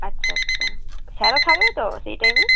আচ্ছা আচ্ছা স্যারও থাকবে তো সেই টাইমে